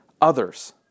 others